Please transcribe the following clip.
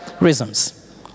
reasons